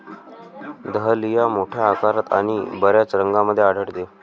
dahlia मोठ्या आकारात आणि बर्याच रंगांमध्ये आढळते